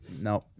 No